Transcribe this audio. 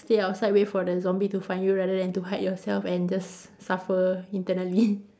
stay outside wait for the zombie to find you rather than to hide yourself and just suffer internally